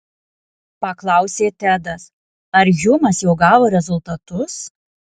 paklausė tedas ar hjumas jau gavo rezultatus